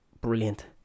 brilliant